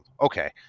okay